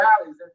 valleys